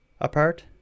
apart